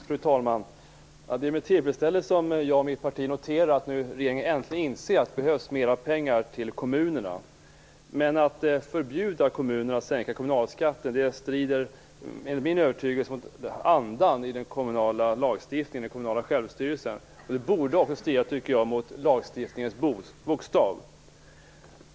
Fru talman! Det är med tillfredsställelse jag och mitt parti noterar att regeringen nu äntligen inser att det behövs mer pengar till kommunerna. Men att förbjuda kommunerna att sänka kommunalskatten strider enligt min övertygelse mot andan i den kommunala lagstiftningen, den kommunala självstyrelsen. Det borde också strida, tycker jag, mot lagstiftningens bokstav.